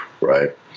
right